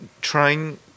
trying